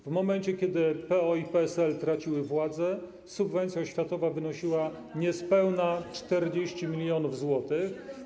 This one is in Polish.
W momencie kiedy PO i PSL traciły władzę, subwencja oświatowa wynosiła niespełna 40 mld zł.